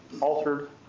altered